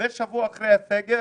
ושבוע אחרי הסגר,